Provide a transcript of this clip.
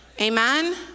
amen